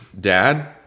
Dad